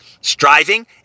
striving